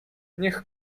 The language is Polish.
niech